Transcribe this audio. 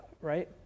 right